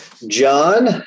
John